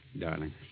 darling